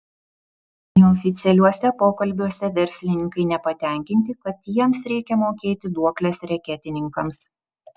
neoficialiuose pokalbiuose verslininkai nepatenkinti kad jiems reikia mokėti duokles reketininkams